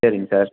சரிங்க சார்